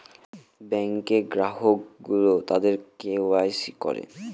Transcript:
ব্যাঙ্কে গ্রাহক গুলো তাদের কে ওয়াই সি করে